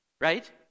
Right